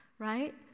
right